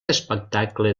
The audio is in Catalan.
espectacle